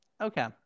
Okay